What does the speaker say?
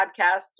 podcasts